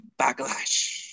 backlash